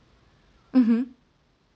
mmhmm